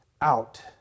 out